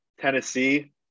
Tennessee